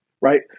Right